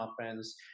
offense